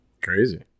Crazy